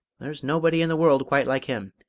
there's nobody in the world quite like him.